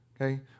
okay